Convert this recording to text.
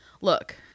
look